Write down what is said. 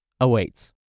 awaits